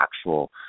actual